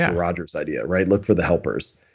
yeah rogers's idea, right? look for the helpers.